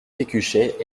pécuchet